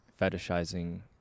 fetishizing